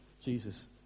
Jesus